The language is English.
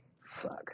Fuck